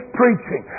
preaching